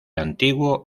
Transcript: antiguo